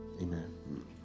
Amen